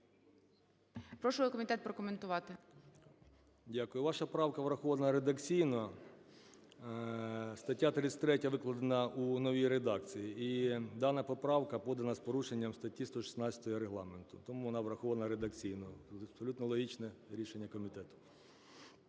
Прошу комітет прокоментувати. 13:22:48 КУЛІНІЧ О.І. Дякую. Ваша правка врахована редакційно, стаття 33 викладена в новій редакції. І дана поправка подана з порушенням статті 116 Регламенту. Тому вона врахована редакційно. Абсолютно логічне рішення комітету.